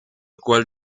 cual